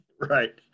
Right